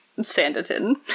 Sanditon